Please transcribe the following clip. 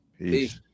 Peace